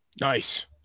Nice